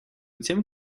тем